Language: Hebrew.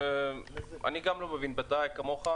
אני גם לא מבין בדייג כמוך,